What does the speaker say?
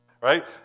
right